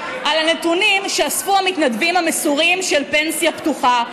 על הנתונים שאספו המתנדבים המסורים של "פנסיה פתוחה",